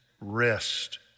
rest